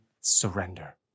surrender